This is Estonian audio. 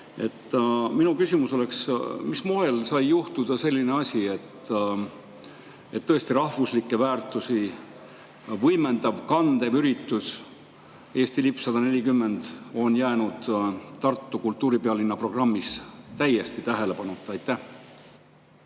Minu küsimus on: mil moel sai juhtuda selline asi, et rahvuslikke väärtusi võimendav, kandev üritus "Eesti lipp 140" on jäänud Tartu kultuuripealinna programmis täiesti tähelepanuta? Aitäh,